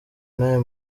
n’aya